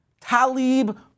Talib